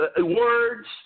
words